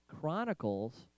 Chronicles